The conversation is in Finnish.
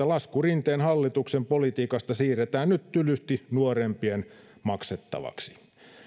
lasku rinteen hallituksen politiikasta siirretään nyt tylysti nuorempien maksettavaksi